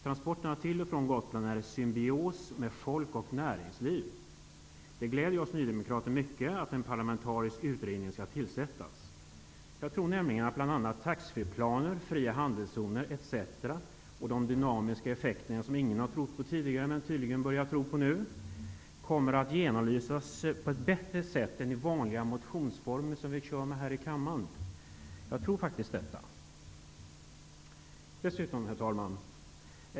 Transporterna till och från Gotland utnyttjas i en symbios mellan folk och näringsliv. Det gläder oss nydemokrater mycket att en parlamentarisk utredning skall tillsättas. Jag tror att därigenom bl.a. tax-free-planer, fria handelszoner och de dynamiska effekter som tidigare ingen har trott på men som man nu börjar tro på kommer att genomlysas på ett bättre sätt än i den vanliga motionsformen, som vi tillämpar här i kammaren. Jag tror faktiskt att det är så. Herr talman!